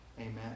Amen